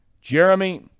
jeremy